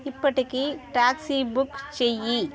ఇప్పటికి taxi book చెయ్యి